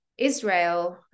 Israel